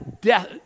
death